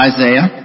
Isaiah